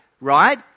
right